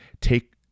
take